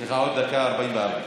, יש לך עוד 1:44 דקות.